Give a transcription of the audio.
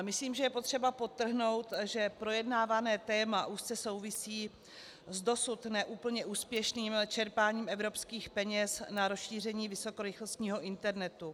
Myslím, že je potřeba podtrhnout, že projednávané téma úzce souvisí s dosud ne úplně úspěšným čerpáním evropských peněz na rozšíření vysokorychlostního internetu.